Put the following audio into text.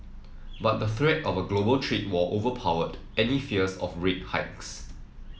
but the threat of a global trade war overpowered any fears of rate hikes